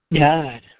God